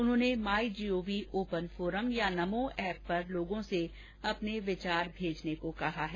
उन्होंने my gov open forum या NaMo app पर लोगों से अपने विचार भेजने को कहा है